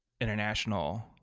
international